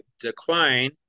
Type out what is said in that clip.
decline